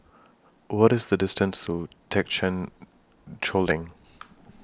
What IS The distance to Thekchen Choling